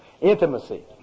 Intimacy